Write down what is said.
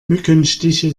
mückenstiche